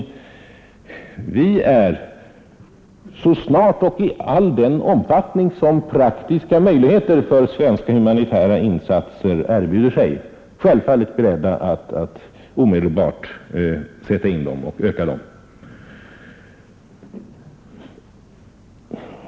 Vi är så snart och i all den omfattning som praktiska möjligheter för svenska humanitära insatser erbjuder sig självfallet beredda att omedelbart sätta in dem och även öka dem.